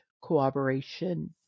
cooperation